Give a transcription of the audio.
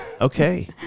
Okay